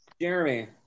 Jeremy